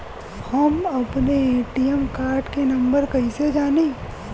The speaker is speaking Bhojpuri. हम अपने ए.टी.एम कार्ड के नंबर कइसे जानी?